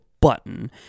button